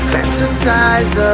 Fantasize